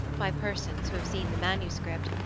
by persons, who have seen the manuscript,